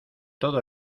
todo